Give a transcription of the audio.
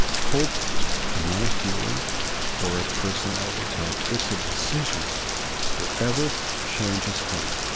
hope is not a feeling or a personality type. it's a decision wherever change has come.